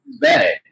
bad